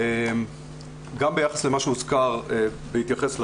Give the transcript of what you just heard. גם ביחס למה שהוזכר, בהתייחס לדוח,